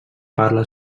parla